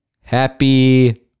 Happy